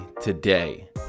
today